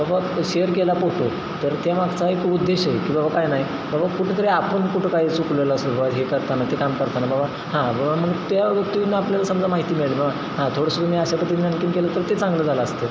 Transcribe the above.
बाबा शेअर केला फोटो तर ते मागचा एक उद्देश आहे की बाबा काय नाय बाबा कुठेतरी आपन कुठं काय चुकलेला सुरुवात हे करताना ते काम करताना बाबा हां बबा मग त्या व्यक्तीने आपल्याला समजा माहिती मिळतं हां थोडंस तुम्ही अशा पद्धतीनं की केलं तर ते चांगलं झालं असते